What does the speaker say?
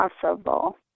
possible